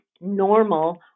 normal